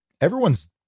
everyone's